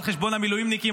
על חשבון המילואימניקים,